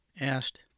asked